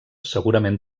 segurament